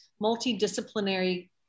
multidisciplinary